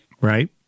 Right